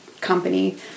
company